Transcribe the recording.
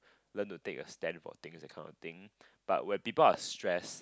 learn to take a stand for things that kind of thing but when people are stress